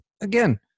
Again